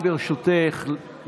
ברשותך,